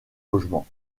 logement